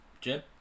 Jim